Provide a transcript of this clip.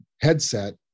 headset